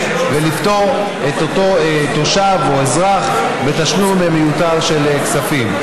ולפטור את אותו תושב או אזרח מתשלום מיותר של כספים.